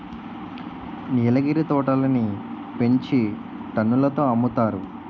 నీలగిరి తోటలని పెంచి టన్నుల తో అమ్ముతారు